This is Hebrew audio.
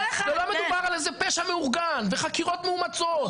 ולא מדובר על איזה פשע מאורגן וחקירות מאומצות,